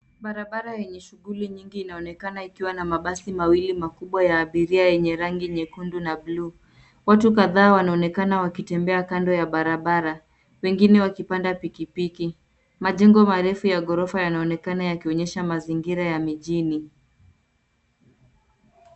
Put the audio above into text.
Barabara yenye shughuli nyingi inaonekana ikiwa na mabasi mawili makubwa ya abiria yenye rangi nyekundu na bluu. Watu kadhaa wanaonekana wakitembea kando ya barabara wengine wakipanda pikipiki. Majengo marefu ya ghorofa yanaonekana yakionyesha mazingira ya mijini.